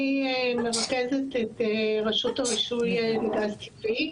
אני מרכזת את רשות הרישוי לגז טבעי.